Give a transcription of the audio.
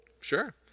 Sure